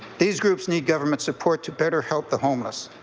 these groups need government support to better help the homeless.